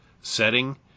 setting